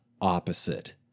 opposite